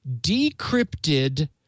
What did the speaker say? decrypted